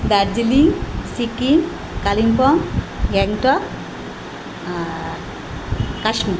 Darjeeling Sikkim Kalimpong Gangtok Kashmir